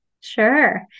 Sure